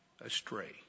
astray